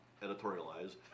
editorialize